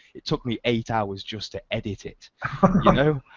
it took me eight hours just to edit it, you know.